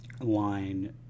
line